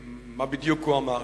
מה בדיוק הוא אמר,